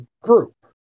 group